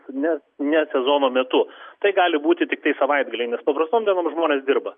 nes ne sezono metu tai gali būti tiktai savaitgaliai nes paprastom dienom žmonės dirba